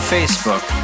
Facebook